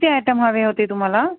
किती आयटम हवे होते तुम्हाला